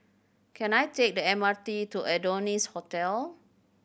can I take the M R T to Adonis Hotel